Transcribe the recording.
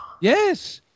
Yes